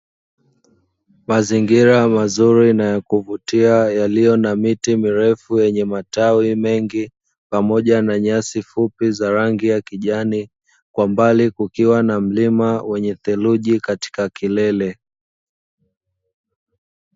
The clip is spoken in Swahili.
Mazingira mazuri na yakuvutia, yaliyo na miti mirefu i yenye matawi mengi, pamoja na nyasi fupi za rangi ya kijani, kwa mbali kukiwa na mlima wenye theluji katika kilele.